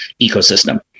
ecosystem